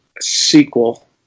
sequel